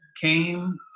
came